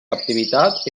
captivitat